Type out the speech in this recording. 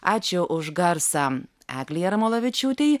ačiū už garsą eglei jarmolavičiūtei